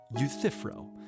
Euthyphro